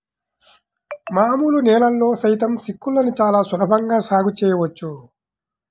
మామూలు నేలల్లో సైతం చిక్కుళ్ళని చాలా సులభంగా సాగు చేయవచ్చు